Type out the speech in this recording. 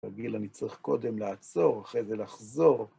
תגיד, אני צריך קודם לעצור, אחרי זה לחזור.